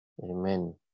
Amen